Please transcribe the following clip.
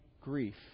grief